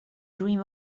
dream